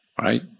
right